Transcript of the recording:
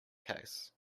case